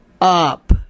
up